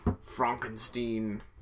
Frankenstein